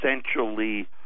essentially